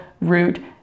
root